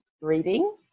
reading